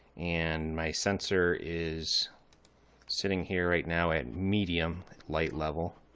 and my sensor is sitting here right now at medium light level.